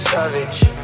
Savage